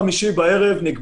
דווקא על הממשלה אני לא סומכת.